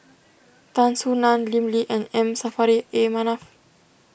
Tan Soo Nan Lim Lee and M Saffri A Manaf